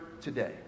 today